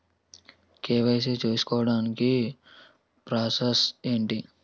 KYC చేసుకోవటానికి process ఏంటి?